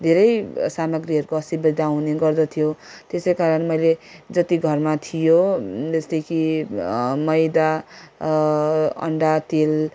धेरै सामग्रीहरूको असुविधा हुने गर्दथ्यो त्यसै कारण मैले जति घरमा थियो जस्तै कि मैदा अन्डा तेल